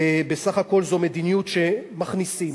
ובסך הכול זאת מדיניות שמכניסים.